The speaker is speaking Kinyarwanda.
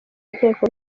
nteko